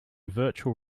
virtual